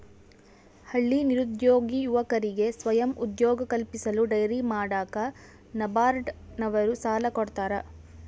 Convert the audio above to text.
ಹಳ್ಳಿ ನಿರುದ್ಯೋಗಿ ಯುವಕರಿಗೆ ಸ್ವಯಂ ಉದ್ಯೋಗ ಕಲ್ಪಿಸಲು ಡೈರಿ ಮಾಡಾಕ ನಬಾರ್ಡ ನವರು ಸಾಲ ಕೊಡ್ತಾರ